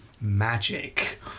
Magic